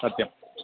सत्यम्